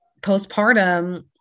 postpartum